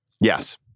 Yes